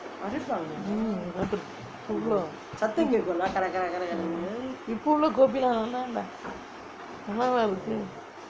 mm இப்போ உள்ளே:ippo ullae kopi லாம் நல்லாலே நல்லவா இருக்கு:laam nallalae nallavaa irukku